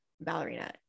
ballerina